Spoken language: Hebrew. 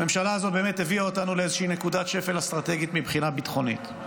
הממשלה הזאת הביאה אותנו לאיזושהי נקודת שפל אסטרטגית מבחינה ביטחונית.